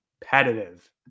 competitive